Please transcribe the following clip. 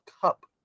Cup